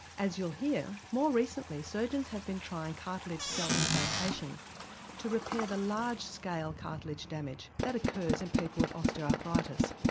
as you'll hear, more recently surgeons have been trying cartilage cell implantation to repair the large scale cartilage damage that occurs in people with osteoarthritis.